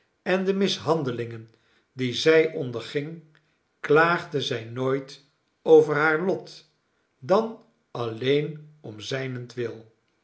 en de mishandelingen die zij onderging klaagde zij nooit over haar lot dan alleen om zijnentwil